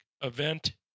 event